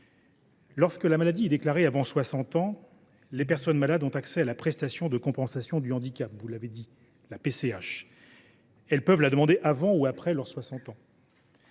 Lorsque la maladie se déclare avant 60 ans, les personnes malades ont accès à la prestation de compensation du handicap ; elles peuvent la demander avant ou après cet âge.